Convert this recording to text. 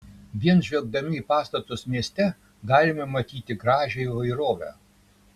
vien žvelgdami į pastatus mieste galime matyti gražią įvairovę